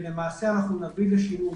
ולמעשה נביא לשינוי.